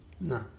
No